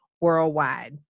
worldwide